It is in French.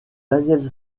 daniel